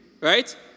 right